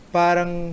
parang